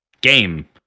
game